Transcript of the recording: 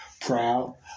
proud